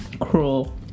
cruel